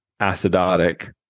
acidotic